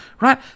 right